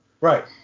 Right